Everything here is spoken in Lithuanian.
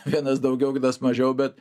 vienas daugiau kitas mažiau bet